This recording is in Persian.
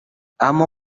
اما